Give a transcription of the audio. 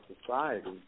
society